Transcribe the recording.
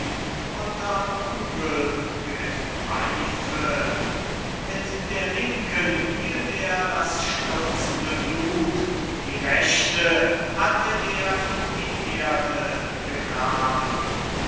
unter kugel gepfeiffe mit der linken hielt er das stürzende blut die rechte hatte er in die erde gegraben